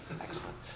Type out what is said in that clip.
excellent